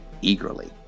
eagerly